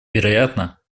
вероятно